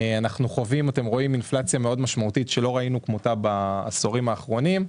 אתם רואים אינפלציה מאוד משמעותית שלא ראינו כמותה בעשורים האחרונים,